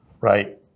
right